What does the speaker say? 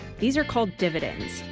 these are called dividends.